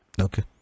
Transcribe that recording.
Okay